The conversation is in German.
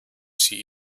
sie